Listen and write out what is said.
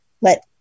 let